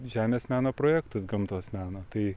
žemės meno projektus gamtos meno tai